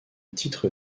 titre